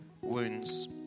wounds